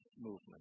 movement